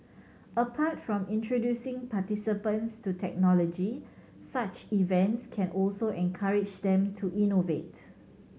apart from introducing participants to technology such events can also encourage them to innovate